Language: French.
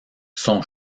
son